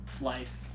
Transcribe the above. life